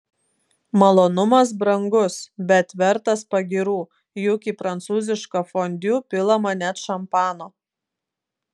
malonumas brangus bet vertas pagyrų juk į prancūzišką fondiu pilama net šampano